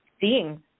seeing